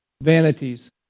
vanities